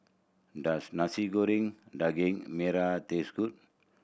does Nasi Goreng Daging Merah taste good